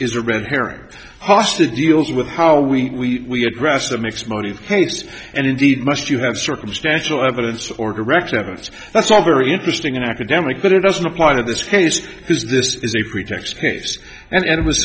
is a red herring hostage deals with how we address that makes money the case and indeed must you have circumstantial evidence or direct evidence that's all very interesting and academic but it doesn't apply to this case because this is a pretext case and it was